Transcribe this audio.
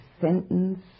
sentence